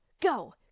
go